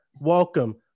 welcome